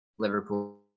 Liverpool